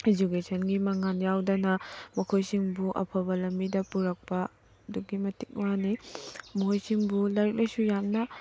ꯏꯖꯨꯀꯦꯁꯟꯒꯤ ꯃꯉꯥꯜ ꯌꯥꯎꯗꯅ ꯃꯈꯣꯏꯁꯤꯡꯕꯨ ꯑꯐꯕ ꯂꯝꯕꯤꯗ ꯄꯨꯔꯛꯄ ꯑꯗꯨꯛꯀꯤ ꯃꯇꯤꯛ ꯋꯥꯅꯤ ꯃꯈꯣꯏꯁꯤꯡꯕꯨ ꯂꯥꯏꯔꯤꯛ ꯂꯥꯏꯁꯨ ꯌꯥꯝꯅ